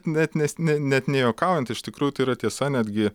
net nes net net nejuokaujant iš tikrųjų tai yra tiesa netgi